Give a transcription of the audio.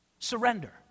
Surrender